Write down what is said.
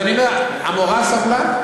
אז אני אומר, המורה סבלה?